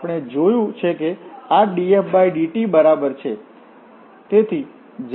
આપણે જોયું છે કે આ dfdt બરાબર છે તેથી જેને આપણે એક મિનિટમાં બદલી શકીએ